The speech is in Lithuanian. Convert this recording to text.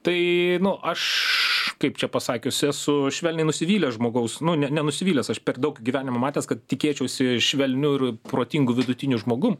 tai nu aš kaip čia pasakius esu švelniai nusivylęs žmogaus nu ne nenusivylęs aš per daug gyvenimo matęs kad tikėčiausi švelniu ir protingu vidutiniu žmogum